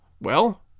Well